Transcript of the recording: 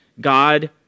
God